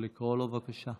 אתה יכול לקרוא לו, בבקשה?